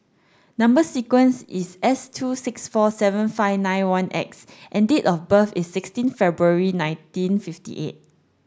number sequence is S two six four seven five nine one X and date of birth is sixteen February nineteen fifty eight